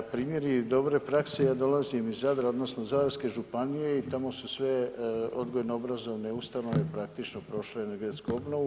Primjeri dobre prakse, ja dolazim iz Zadra odnosno Zadarske županije i tamo su sve odgojno-obrazovne ustanove praktično prošle energetsku obnovu.